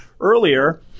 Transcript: earlier